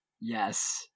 Yes